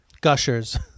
Gushers